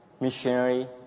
missionary